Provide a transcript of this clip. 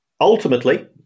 ultimately